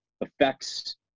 affects